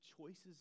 choices